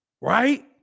Right